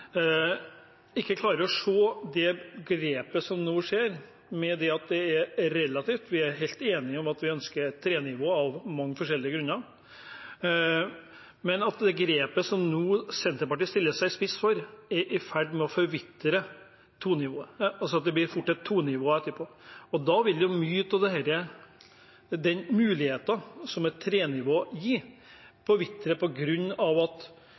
ikke klarer å se det som nå skjer. Vi er helt enige om at vi ønsker et trenivå av mange forskjellige grunner, men det grepet som Senterpartiet nå stiller seg i spissen for, er i ferd med å forvitre det – det blir fort et tonivå etterpå. Da vil mange av mulighetene som et trenivå gir, forvitre på grunn av at Senterpartiet er så ivrig og bringer dette tilbake. Det må rett og slett bety at